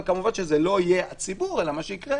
אבל כמובן שזה לא יהיה הציבור אלא מה שיקרה,